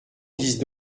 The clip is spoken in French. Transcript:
vise